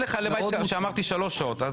כן.